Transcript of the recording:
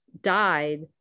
died